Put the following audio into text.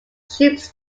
troops